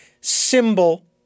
symbol